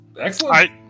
excellent